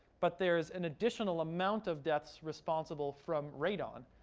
but there is an additional amount of deaths responsible from radon.